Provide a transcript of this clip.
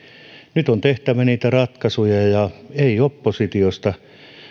nyt on tehtävä niitä ratkaisuja eikä oppositiosta